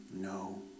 no